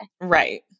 Right